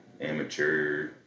amateur